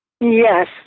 Yes